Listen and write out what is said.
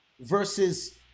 versus